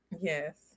yes